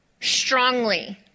strongly